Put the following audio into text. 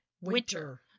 winter